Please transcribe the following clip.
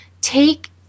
take